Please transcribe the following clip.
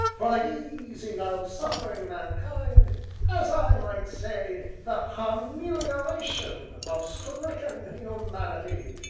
for the easing of suffering mankind as i might say the ha-melioration of stricken humanity.